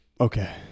okay